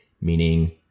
Meaning